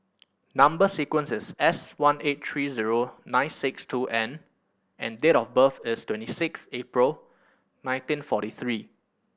number sequence is S one eight three zero nine six two N and date of birth is twenty six April nineteen forty three